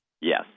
Yes